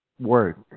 work